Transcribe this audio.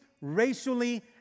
racially